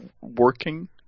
working